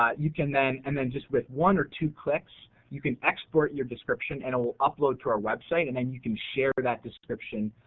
ah you can then, and then, just with one or two clicks you can export your description and it will upload to our website and then you can share that description